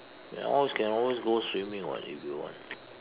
ya or else can always go swimming [what] if you want